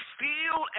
feel